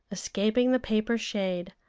escaping the paper shade,